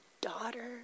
Daughter